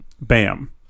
Bam